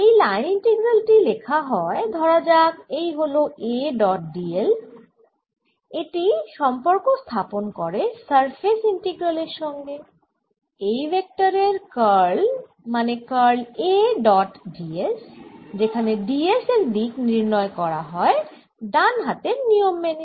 এই line integral টি লেখা হয় ধরা যাক এই হল A ডট d l এটি সম্পর্ক স্থাপন করে সারফেস ইন্টিগ্রাল এর সঙ্গে এই ভেক্টরের কার্ল মানে curl A dot d s যেখানে d s এর দিক নির্ণয় করা হয় ডান হাতের নিয়ম মেনে